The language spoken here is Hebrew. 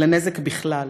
אלא נזק בכלל,